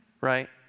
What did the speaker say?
right